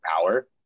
power